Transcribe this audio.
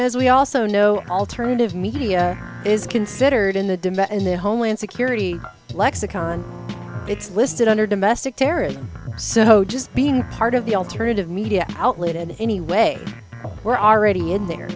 as we also know alternative media is considered in the dem and their homeland security lexicon it's listed under domestic terrorism so just being part of the alternative media outlet and anyway we're already in there